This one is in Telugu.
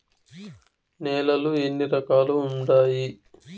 నేలలు ఎన్ని రకాలు వుండాయి?